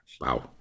Wow